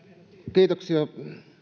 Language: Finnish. kiitoksia